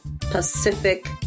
Pacific